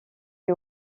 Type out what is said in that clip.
est